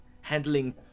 handling